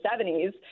70s